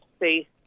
see